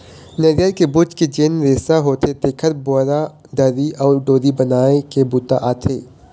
नरियर के बूच के जेन रेसा होथे तेखर बोरा, दरी अउ डोरी बनाए के बूता आथे